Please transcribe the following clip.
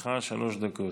לרשותך שלוש דקות.